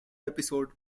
episode